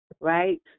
right